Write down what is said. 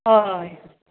हय